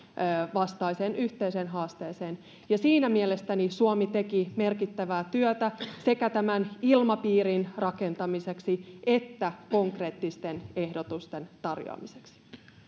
vastaiseen yhteiseen haasteeseen siinä mielestäni suomi teki merkittävää työtä sekä tämän ilmapiirin rakentamiseksi että konkreettisten ehdotusten tarjoamiseksi